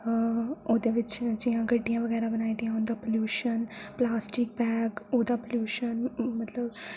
आं ओह्दे बिच जि'यां गड्डियां बगैर बनाई दियां उं'दा पलूशन प्लॉस्टिक बैग ओह्दा पलूशन